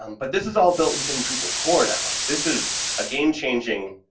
um but this is all built within drupal core now, this is a game-changing,